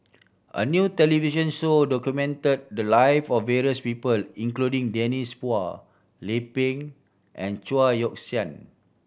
a new television show documented the live of various people including Denise Phua Lay Peng and Chao Yoke San